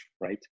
right